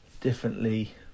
differently